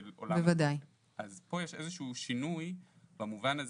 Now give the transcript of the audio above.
אז פה יש איזה שהוא שינוי במובן זה